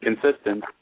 consistent